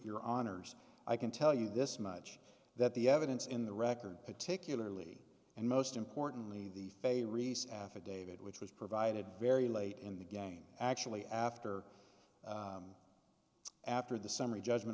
your honor's i can tell you this much that the evidence in the record particularly and most importantly the fayre reese affidavit which was provided very late in the game actually after after the summary judgment